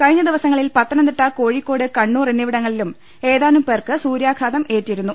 കഴിഞ്ഞദിവസങ്ങളിൽ പത്തനംതിട്ട കോഴിക്കോട് കണ്ണൂർ എന്നിവി ടങ്ങളിലും ഏതാനുംപേർക്ക് സൂര്യാഘാതമേറ്റിരുന്നു